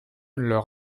leur